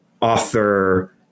author